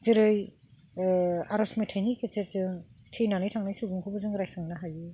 जेरै आर'ज मेथाइनि गेजेरजों थैनानै थांनाय सुबुंखौबो जों रायखांनो हायो